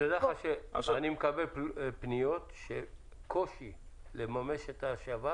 אני מקבל פניות על כך שיש קושי לממש את ההשבה